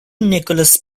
nicholas